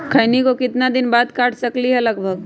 खैनी को कितना दिन बाद काट सकलिये है लगभग?